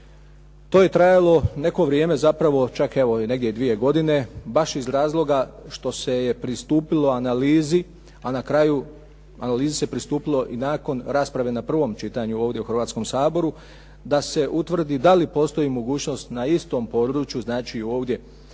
To je trajalo neko vrijeme, zapravo čak evo i negdje dvije godine baš iz razloga što se je pristupilo analizi, a na kraju analizi se pristupilo i nakon rasprave na prvom čitanju ovdje u Hrvatskom saboru da se utvrdi da li postoji mogućnost na istom području, znači ovdje